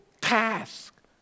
task